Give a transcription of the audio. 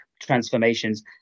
transformations